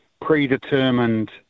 predetermined